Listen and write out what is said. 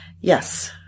Yes